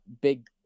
big